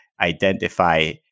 identify